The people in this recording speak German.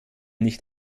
nicht